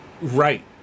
right